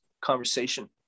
conversation